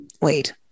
Wait